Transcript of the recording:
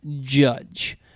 Judge